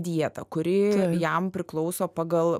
dietą kuri jam priklauso pagal